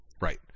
Right